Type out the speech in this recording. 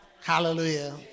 Hallelujah